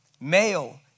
male